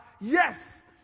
yes